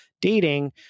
dating